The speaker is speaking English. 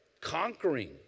conquering